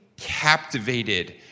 captivated